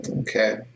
okay